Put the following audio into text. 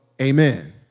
amen